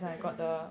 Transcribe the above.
mm mm